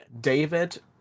David